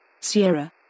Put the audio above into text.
Sierra